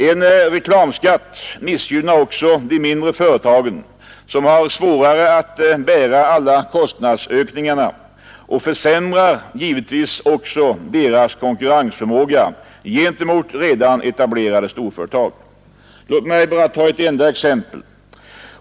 En reklamskatt missgynnar också de mindre företagen, som har svårare att bära alla kostnadsökningar, och försämrar deras konkurrensförmåga gentemot redan etablerade storföretag. Låt mig ta ett enda exempel.